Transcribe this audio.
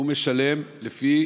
והוא משלם לפי